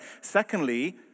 Secondly